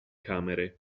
camere